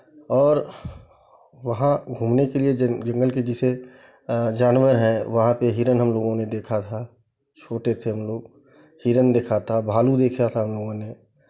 और वहाँ घूमने के लिए जंगल की जैसे जानवर हैं वहाँ पे हिरण हम लोगों ने देखा था छोटे थे हम लोग हिरण देखा था भालू देखा था हम लोगों ने